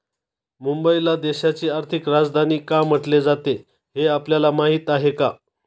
मुंबईला देशाची आर्थिक राजधानी का म्हटले जाते, हे आपल्याला माहीत आहे का?